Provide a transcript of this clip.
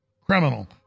criminal